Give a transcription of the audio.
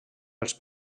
els